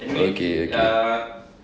okay okay